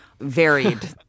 varied